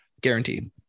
guaranteed